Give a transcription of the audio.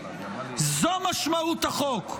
זו משמעות החוק.